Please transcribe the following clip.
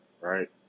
right